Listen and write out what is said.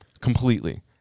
completely